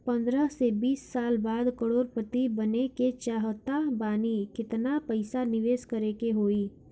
पंद्रह से बीस साल बाद करोड़ पति बने के चाहता बानी केतना पइसा निवेस करे के होई?